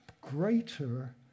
greater